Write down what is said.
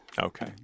Okay